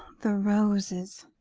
the roses!